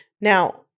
Now